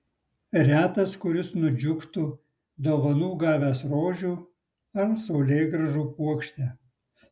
retas kuris nudžiugtų dovanų gavęs rožių ar saulėgrąžų puokštę